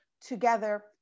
together